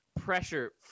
pressure